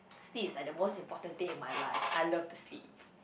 sleep is like the most important thing in my life I love to sleep